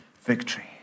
victory